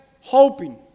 hoping